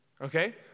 Okay